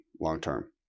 long-term